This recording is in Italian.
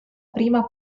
prima